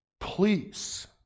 Please